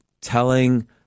telling